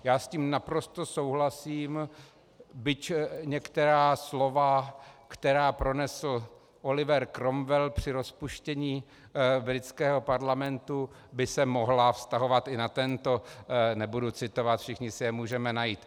Já s tím naprosto souhlasím, byť některá slova, která pronesl Oliver Cromwell při rozpuštění britského parlamentu, by se mohla vztahovat i na tento nebudu citovat, všichni si je můžeme najít.